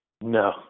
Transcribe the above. No